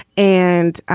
and